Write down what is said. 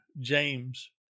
James